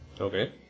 Okay